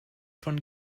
von